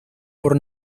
por